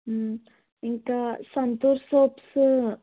ఇంకా సంతూర్ సోప్సు